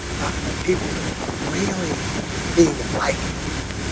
talking about people that are really being like it yet